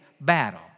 battle